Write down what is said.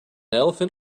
elephant